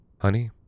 Honey